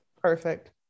Perfect